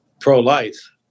pro-life